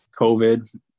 COVID